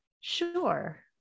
sure